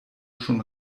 schon